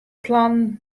plannen